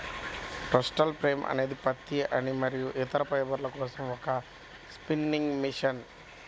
throstle frame అనేది పత్తి, ఉన్ని మరియు ఇతర ఫైబర్ల కోసం ఒక స్పిన్నింగ్ మెషిన్